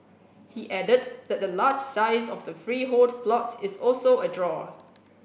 he added that the large size of the freehold plot is also a draw